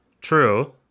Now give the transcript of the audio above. True